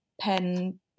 pen